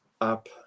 up